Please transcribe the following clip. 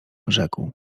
rzekł